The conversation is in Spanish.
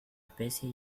especie